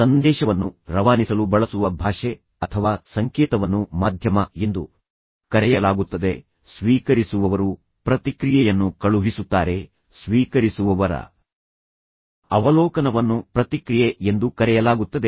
ಸಂದೇಶವನ್ನು ರವಾನಿಸಲು ಬಳಸುವ ಭಾಷೆ ಅಥವಾ ಸಂಕೇತವನ್ನು ಮಾಧ್ಯಮ ಎಂದು ಕರೆಯಲಾಗುತ್ತದೆ ಸ್ವೀಕರಿಸುವವರು ಪ್ರತಿಕ್ರಿಯೆಯನ್ನು ಕಳುಹಿಸುತ್ತಾರೆ ಸ್ವೀಕರಿಸುವವರ ಅವಲೋಕನವನ್ನು ಪ್ರತಿಕ್ರಿಯೆ ಎಂದು ಕರೆಯಲಾಗುತ್ತದೆ